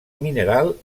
mineral